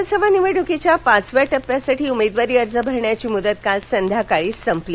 लोकसभा निवडणुकीच्या पाचव्या टप्प्यासाठी उमेदवारी अर्ज भरण्याची मुदत काल संध्याकाळी संपली